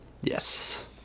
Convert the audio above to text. Yes